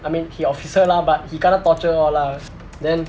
I mean he officer lah but he kena torture all lah then